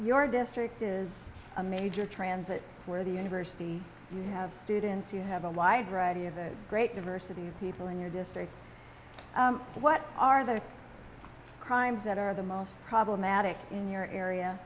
your district is a major transit where the university you have students you have a library of a great diversity of people in your district what are the crimes that are the most problematic in your area